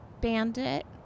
Bandit